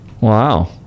Wow